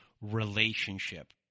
relationship